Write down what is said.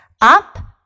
Up